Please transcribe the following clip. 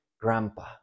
grandpa